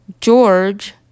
George